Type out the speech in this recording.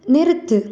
நிறுத்து